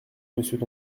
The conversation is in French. monsieur